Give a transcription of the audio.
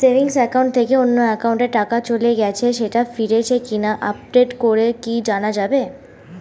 Savings account থেকে অন্য একাউন্টে টাকা চলে গেছে সেটা ফিরেছে কিনা আপডেট করে কি জানা যাবে?